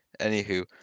Anywho